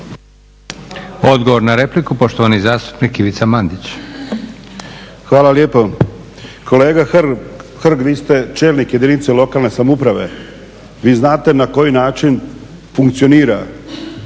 Odgovor na repliku, poštovani zastupnik Ivica Mandić. **Mandić, Ivica (HNS)** Hvala lijepo. Kolega Hrg, vi ste čelnik jedinice lokalne samouprave, vi znate na koji način funkcionira